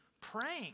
praying